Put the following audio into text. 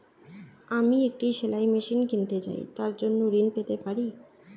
আমি একটি সেলাই মেশিন কিনতে চাই তার জন্য ঋণ পেতে পারি?